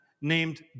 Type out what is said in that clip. named